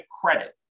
credit